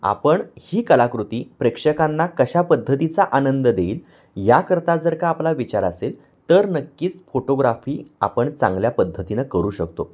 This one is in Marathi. आपण ही कलाकृती प्रेक्षकांना कशा पद्धतीचा आनंद देईल याकरता जर का आपला विचार असेल तर नक्कीच फोटोग्राफी आपण चांगल्या पद्धतीनं करू शकतो